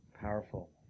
Powerful